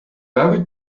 very